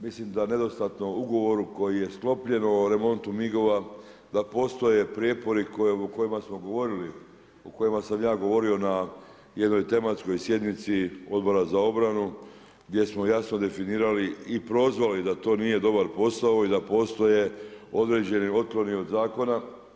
Mislim da nedostatno ugovoru koji je sklopljen o remontu MIG-ova da postoje prijepori o kojima smo govorili, o kojima sam ja govorio na jednoj tematskoj sjednici Odbora za obranu gdje smo jasno definirali i prozvali da to nije dobar posao i da postoje određeni otkloni od zakona.